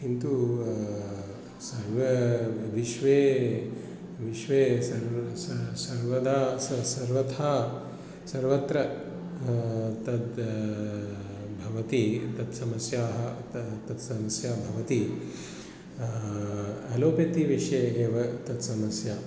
किन्तु सर्व विश्वे विश्वे सर्व स सर्वदा स सर्वथा सर्वत्र तत् भवति तत् समस्याः अतः तत् समस्या भवति अलोपति विषयेव तत् समस्या